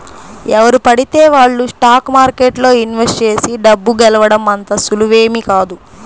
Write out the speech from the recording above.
ఎవరు పడితే వాళ్ళు స్టాక్ మార్కెట్లో ఇన్వెస్ట్ చేసి డబ్బు గెలవడం అంత సులువేమీ కాదు